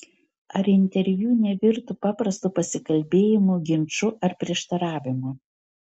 ar interviu nevirto paprastu pasikalbėjimu ginču ar prieštaravimu